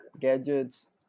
gadgets